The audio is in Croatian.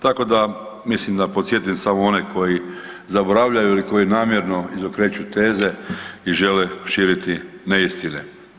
Tako da mislim da podsjetim samo one koji zaboravljaju ili koji namjerno izokreću teze i žele širiti neistine.